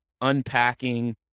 unpacking